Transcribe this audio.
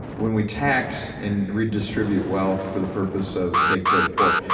when we tax and redistribute wealth for the purpose of taking care of the poor,